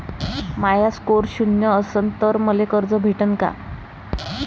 माया score शून्य असन तर मले कर्ज भेटन का?